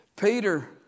Peter